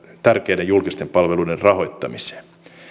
tärkeiden julkisten palveluiden rahoittamiseen